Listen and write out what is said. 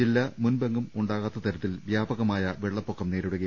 ജില്ല മുൻപെങ്ങുമുണ്ടാകാത്ത തരത്തിൽ വ്യാപകമായ വെള്ളപ്പൊക്കം നേരിടുകയാണ്